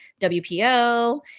WPO